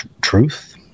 truth